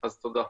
תודה.